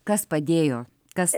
kas padėjo kas